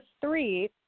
three